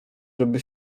żeby